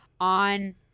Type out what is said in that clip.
on